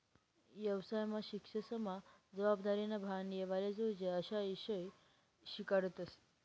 येवसायना शिक्सनमा जबाबदारीनं भान येवाले जोयजे अशा ईषय शिकाडतस